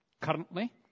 currently